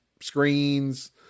screens